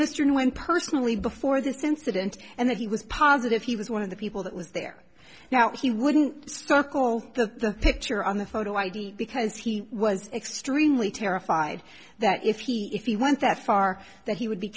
mr when personally before this incident and that he was positive he was one of the people that was there now he wouldn't start the picture on the photo id because he was extremely terrified that if he if he went that far that he would be